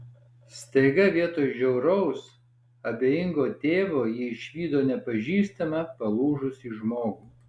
staiga vietoj žiauraus abejingo tėvo ji išvydo nepažįstamą palūžusį žmogų